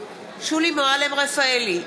שולי מועלם-רפאלי,